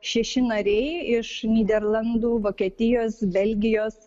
šeši nariai iš nyderlandų vokietijos belgijos